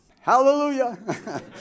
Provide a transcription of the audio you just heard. Hallelujah